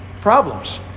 problems